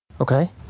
Okay